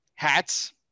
Hats